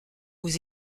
aux